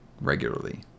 regularly